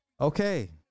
okay